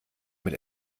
mit